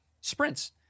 sprints